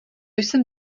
jsem